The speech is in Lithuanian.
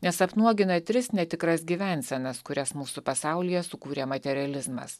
nes apnuogina tris netikras gyvensenas kurias mūsų pasaulyje sukūrė materializmas